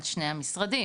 בין שני המשרדים,